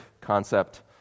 concept